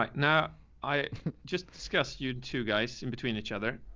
like now i just discuss you two guys in between each other.